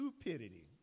stupidity